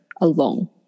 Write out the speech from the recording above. alone